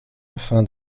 afin